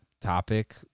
topic